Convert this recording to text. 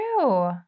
true